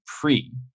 pre